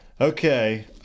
Okay